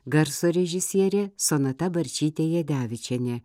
garso režisierė sonata barčytė jadevičienė